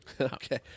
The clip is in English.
Okay